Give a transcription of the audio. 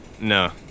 No